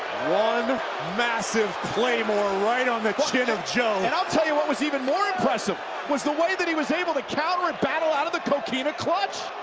one massive claymore right on the chin of joe. and i'll tell you what was even more impressive was the way that he was able to calvary battle out of the cookina clutch.